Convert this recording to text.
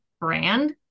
brand